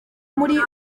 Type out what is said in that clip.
muri